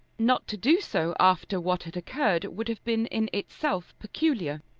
not to do so after what had occurred would have been in itself peculiar.